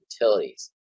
utilities